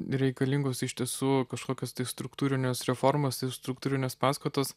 reikalingos iš tiesų kažkokios tai struktūrinės reformos ir struktūrinės paskatos